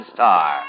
Star